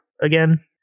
again